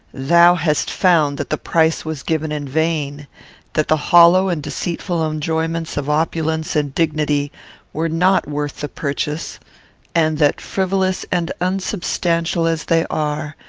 thou hast found that the price was given in vain that the hollow and deceitful enjoyments of opulence and dignity were not worth the purchase and that, frivolous and unsubstantial as they are,